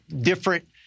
different